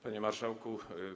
Panie Marszałku!